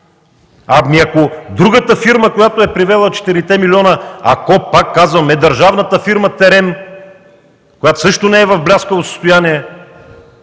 Ами, ако другата фирма, която е привела 4-те милиона, ако, пак казвам, е държавната фирма „Терем”, която също не е в бляскаво състояние,